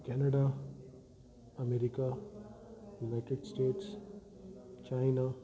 Canada America United States China